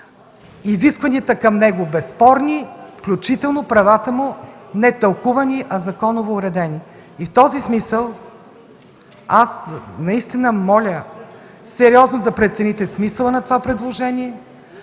изискванията към него – безспорни, включително правата му – не тълкувани, а законово уредени. В този смисъл аз наистина моля сериозно да прецените смисъла на това предложение.